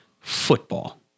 Football